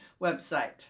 website